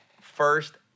first